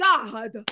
God